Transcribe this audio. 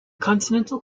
continental